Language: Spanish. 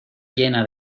llena